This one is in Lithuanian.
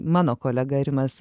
mano kolega rimas